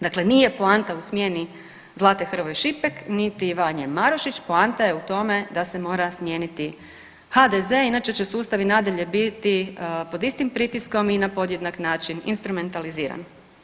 Dakle, nije poanta u smjeni Zlate Hrvoj Šipek niti Vanje Marušić, poanta je u tome da se mora smijeniti HDZ jer će sustav i nadalje biti pod istim pritiskom i na podjednak način instrumentaliziran.